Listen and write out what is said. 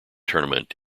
tournament